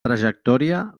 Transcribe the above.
trajectòria